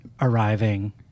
arriving